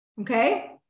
Okay